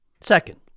Second